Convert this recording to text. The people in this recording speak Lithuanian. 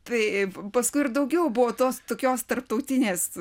tai paskui ir daugiau buvo tos tokios tarptautinės